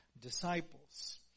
disciples